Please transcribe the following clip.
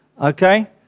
Okay